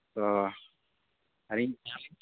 ᱦᱚᱸ ᱟᱹᱞᱤᱧ